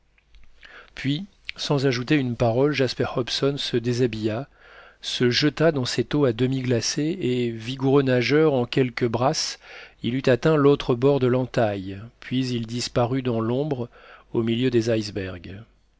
puis sans ajouter une parole jasper hobson se déshabilla se jeta dans cette eau à demi glacée et vigoureux nageur en quelques brasses il eut atteint l'autre bord de l'entaille puis il disparut dans l'ombre au milieu des icebergs